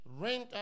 rent